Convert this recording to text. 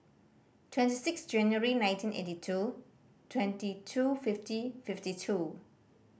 twenty six January nineteen eighty two twenty two fifty fifty two